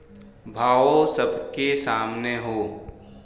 भावो सबके सामने हौ